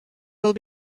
will